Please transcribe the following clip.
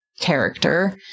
character